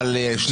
ותק